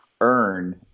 earn